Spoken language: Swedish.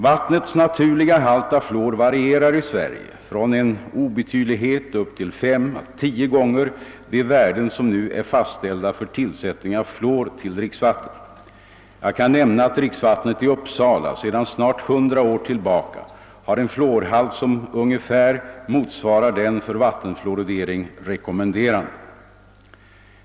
Vattnets naturliga halt av fluor varierar i Sverige från en obetydlighet upp till 5—10 gånger de värden som nu är fastställda för tillsättning av fluor till dricksvatten. Jag kan nämna att dricksvattnet i Uppsala sedan snart 100 år tillbaka har en fluorhalt som ungefär motsvarar den för vattenfluoridering rekommenderade.